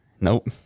Nope